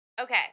okay